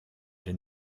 den